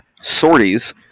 sorties